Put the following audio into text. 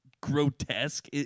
Grotesque